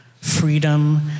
freedom